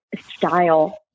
style